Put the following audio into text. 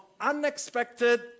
unexpected